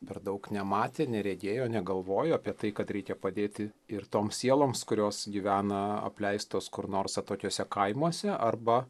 per daug nematė neregėjo negalvojo apie tai kad reikia padėti ir toms sieloms kurios gyvena apleistos kur nors atokiuose kaimuose arba